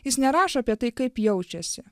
jis nerašo apie tai kaip jaučiasi